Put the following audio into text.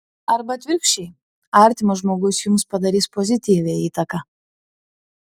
arba atvirkščiai artimas žmogus jums padarys pozityvią įtaką